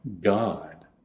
God